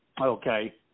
Okay